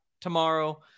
tomorrow